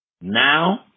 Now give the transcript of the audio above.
Now